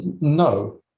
No